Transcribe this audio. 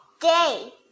day